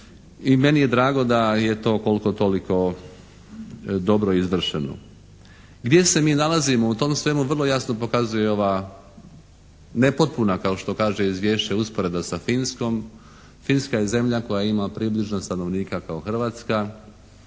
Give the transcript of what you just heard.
i meni je drago da je to koliko toliko dobro izvršeno. Gdje se mi nalazimo u tome svemu vrlo jasno pokazuje ova nepotpuna kao što kaže izvješće usporedba sa Finskom. Finska je zemlja koja ima približno stanovnika kao Hrvatska.